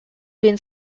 been